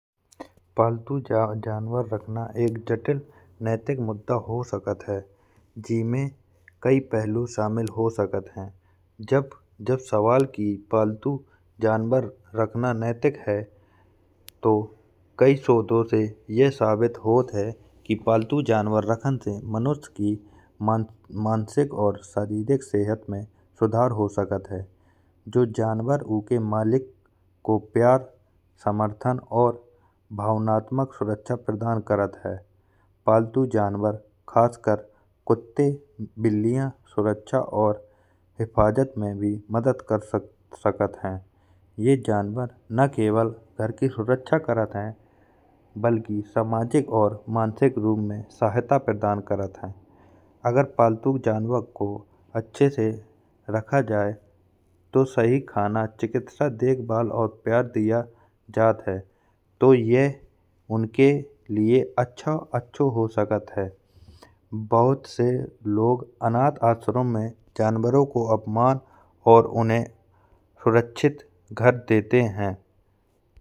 पालतू जानवर रखना एक जटिल नैतिक मुद्दा हो सकत है। जिमे कई पहलु शामिल हो सकत है। जब सवाल की पालतू जानवर रखना नैतिक है कि तो कई शोधों से यह साबित होत है कि पालतु जानवर रखने से मनुष्य की मानसिक या शारीरिक सेहत में सुधार हो सकत है। जो जानवर उके मालिक को प्यार समर्थन और भावनात्मक सुरक्षा प्रदान करत है। पालतू जानवर खासकर कुत्ते बिल्लियाँ सुरक्षा और हिफाज़त में भी मदद कर सकत है। ये जानवर ना केवल घर की सुरक्षा करत है बल्कि सामाजिक और मानसिक रूप में सहायता प्रदान करत है। अगर पालतू जानवर को अच्छे से रखा जाए तो सही खाना चिकित्सा देखभाल और प्यार दिया जात है। तो यह उनके लिए अच्छो हो सकत है। बहुत से लोग अनाथ आश्रम में जानवरों को अपना और सुरक्षित घर देत है।